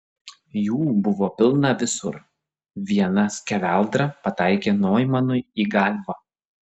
jų buvo pilna visur viena skeveldra pataikė noimanui į galvą